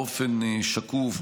באופן שקוף,